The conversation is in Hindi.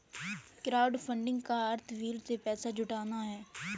क्राउडफंडिंग का अर्थ भीड़ से पैसा जुटाना है